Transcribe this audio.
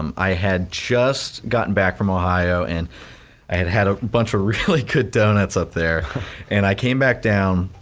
um i had just gotten back from ohio and i had had a bunch of really good donuts up there and i came back down,